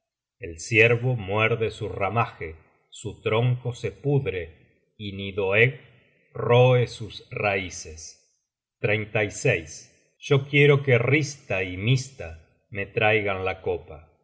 el ciervo muerde su ramaje su tronco se pudre y nidhoegg roe sus raices content from google book search generated at yo quiero que hrista y mista me traigan la copa